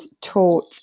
taught